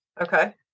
Okay